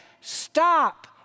stop